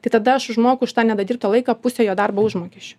tai tada aš žmogui už tą nedadirbtą laiką pusę jo darbo užmokesčio